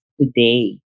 today